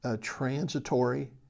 transitory